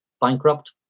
bankrupt